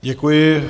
Děkuji.